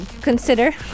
consider